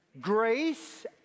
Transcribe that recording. grace